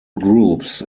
groups